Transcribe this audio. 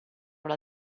alla